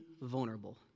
vulnerable